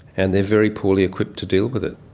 and they're very poorly equipped to deal with it.